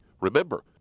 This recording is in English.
Remember